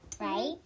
right